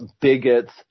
bigots